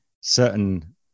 certain